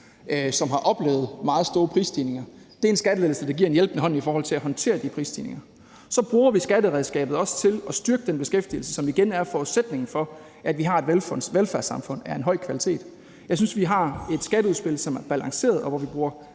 som har oplevet meget store prisstigninger. Det er en skattelettelse, der giver en hjælpende hånd i forhold til at håndtere de prisstigninger. Så bruger vi også skatteredskabet til at styrke den beskæftigelse, som igen er forudsætningen for, at vi har et velfærdssamfund af en høj kvalitet. Jeg synes, at vi har et skatteudspil, som er balanceret, og hvor vi bruger